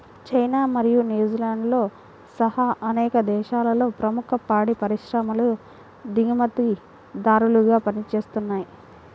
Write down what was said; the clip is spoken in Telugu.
చైనా మరియు న్యూజిలాండ్తో సహా అనేక దేశాలలో ప్రముఖ పాడి పరిశ్రమలు దిగుమతిదారులుగా పనిచేస్తున్నయ్